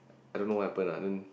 I don't know what happen lah then